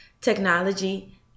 technology